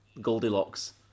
Goldilocks